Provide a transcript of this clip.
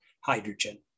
hydrogen